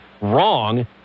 wrong